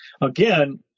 again